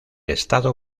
estado